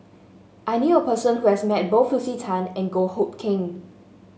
I knew a person who has met both Lucy Tan and Goh Hood Keng